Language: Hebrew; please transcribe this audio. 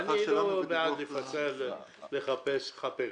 אני לא בעד לפצל ולחפש חאפרים.